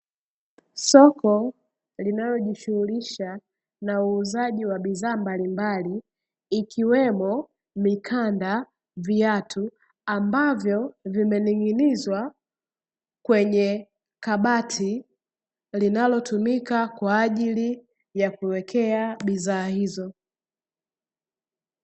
Soko linalojishulisha na uuzaji wa bidhaa mbalimbali ikiwema; mikanda, viatu ambavyo vimening'inizwa kwenye kabati linalotumika kwa ajili ya kuwekea bidhaa hizi.